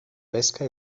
pesca